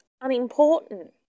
unimportant